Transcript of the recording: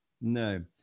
No